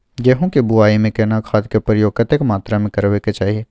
गेहूं के बुआई में केना खाद के प्रयोग कतेक मात्रा में करबैक चाही?